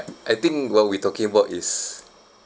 I think what we're talking about is